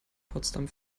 potsdam